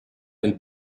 del